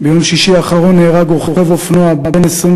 ביום שישי האחרון נהרג רוכב אופנוע בן 26